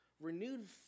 renewed